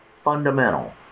fundamental